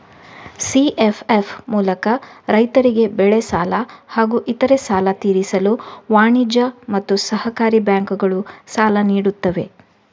CFF ಮೂಲಕ ರೈತರಿಗೆ ಬೆಳೆ ಸಾಲ ಹಾಗೂ ಇತರೆ ಸಾಲ ತೀರಿಸಲು ವಾಣಿಜ್ಯ ಮತ್ತು ಸಹಕಾರಿ ಬ್ಯಾಂಕುಗಳು ಸಾಲ ನೀಡುತ್ತವೆ